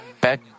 back